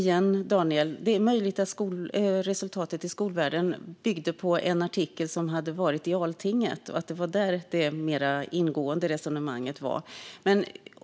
Fru talman! Det är möjligt att resultatet i Skolvärlden byggde på en artikel från Altinget och att det var där det mer ingående resonemanget fanns.